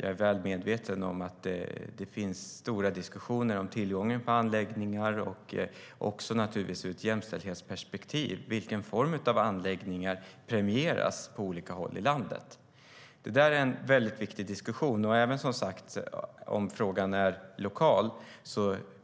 Jag är väl medveten om att det finns stora diskussioner om tillgången på anläggningar och vilken typ av anläggningar, sett i ett jämställdhetsperspektiv, som premieras på olika håll i landet. Det är en mycket viktig diskussion. Även om frågan är lokal